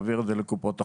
אל קופות החולים.